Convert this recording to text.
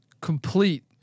complete